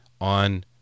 on